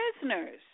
prisoners